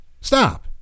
Stop